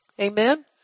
Amen